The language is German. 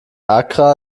accra